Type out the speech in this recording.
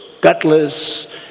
gutless